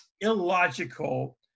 illogical